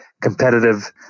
competitive